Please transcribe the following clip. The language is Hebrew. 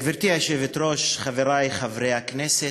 גברתי היושבת-ראש, חברי חברי הכנסת,